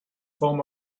form